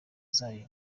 zayo